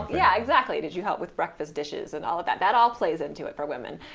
yeah, exactly. did you help with breakfast dishes and all of that. that all plays into it for women.